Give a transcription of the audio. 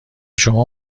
شما